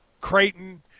Creighton